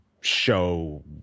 show